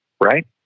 right